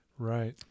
right